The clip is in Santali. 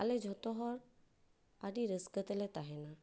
ᱟᱞᱮ ᱡᱷᱚᱛᱚ ᱦᱚᱲ ᱟᱹᱰᱤ ᱨᱟᱹᱥᱠᱟᱹ ᱛᱮᱞᱮ ᱛᱟᱦᱮᱱᱟ